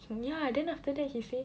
so ya then after that he say